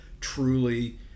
truly